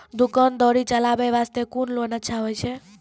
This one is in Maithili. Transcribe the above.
दुकान दौरी चलाबे के बास्ते कुन लोन अच्छा होय छै?